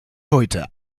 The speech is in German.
heute